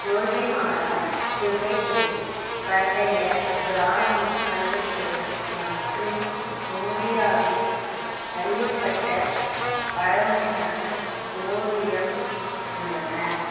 ஜோகிமாரா குகைகளில் பண்டைய பிராமி கல்வெட்டுகள் மற்றும் இந்தியாவில் அறியப்பட்ட பழமையான ஓவியம் உள்ளன